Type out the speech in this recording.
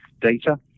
data